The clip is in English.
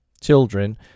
Children